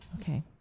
Okay